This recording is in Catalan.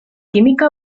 química